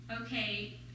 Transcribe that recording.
okay